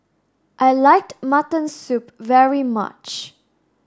I like mutton soup very much